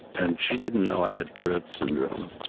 and she didn't know i had tourette's syndrome.